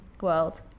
world